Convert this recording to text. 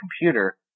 computer